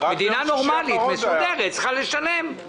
מדינה נורמלית מסודרת צריכה לשלם.